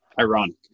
ironic